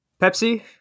Pepsi